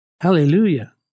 Hallelujah